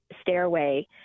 stairway